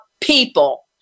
people